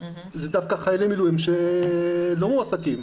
אלה דווקא חיילי מילואים שלא מועסקים.